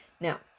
Now